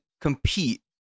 compete